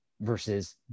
versus